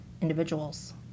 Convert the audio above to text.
individuals